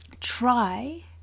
try